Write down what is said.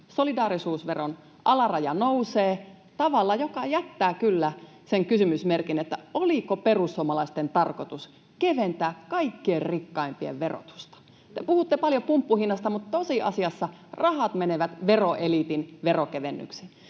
Solidaarisuusveron alaraja nousee tavalla, joka jättää kyllä sen kysymysmerkin, että oliko perussuomalaisten tarkoitus keventää kaikkein rikkaimpien verotusta. Te puhutte paljon pumppuhinnoista, mutta tosiasiassa rahat menevät veroeliitin veronkevennyksiin.